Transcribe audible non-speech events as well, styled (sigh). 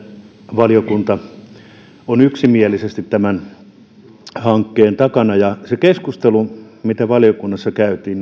valiokunta on yksimielisesti tämän hankkeen takana se keskustelu mitä valiokunnassa käytiin (unintelligible)